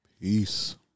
Peace